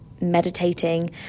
meditating